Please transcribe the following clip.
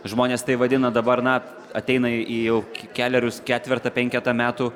žmonės tai vadina dabar na ateina į jau kelerius ketvertą penketą metų